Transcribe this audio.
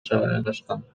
жайгашкан